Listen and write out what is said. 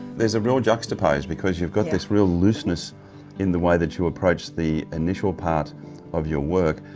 there's a real juxtapose because you've got this real looseness in the way that you approach the initial part of your work,